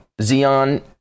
Xeon